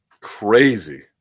Crazy